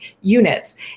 units